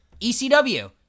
ECW